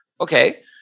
Okay